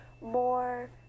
more